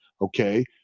Okay